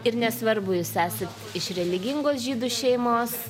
ir nesvarbu jūs esat iš religingos žydų šeimos